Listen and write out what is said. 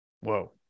whoa